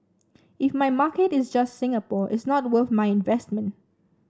if my market is just Singapore it's not worth my investment